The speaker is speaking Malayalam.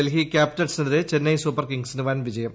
ഇന്നലെ ക്യാപ്പിറ്റൽസിനെതിരെ ചെന്നൈ സൂപ്പർകിംഗ്സിന് വൻവിജയം